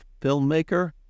filmmaker